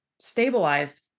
stabilized